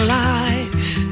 life